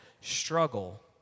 struggle